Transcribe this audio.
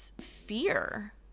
fear